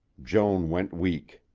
joan went weak.